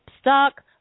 stuck